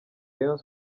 rayon